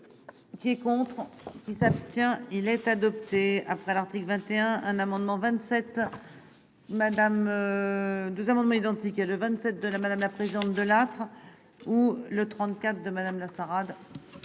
Qui est contre. Qui s'abstient. Il est adopté après l'article 21, un amendement 27. Madame. Amendements identiques, et le 27 de la madame la présidente Delattre. Ou le 34 de Madame Lassaad.